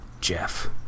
Jeff